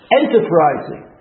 enterprising